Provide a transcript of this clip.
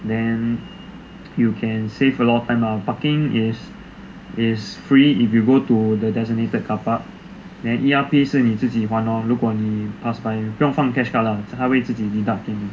then you can save a lot of time lah parking is free if you go to the designated car park then E_R_P 是你自己还 lor 如果你 pass by 不用放 cash card ah 他会自己 deduct 给你